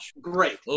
great